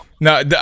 no